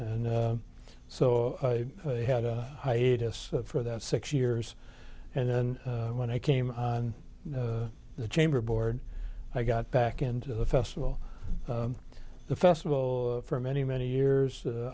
and so i had a hiatus for that six years and then when i came on the chamber board i got back into the festival the festival for many many years